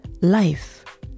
life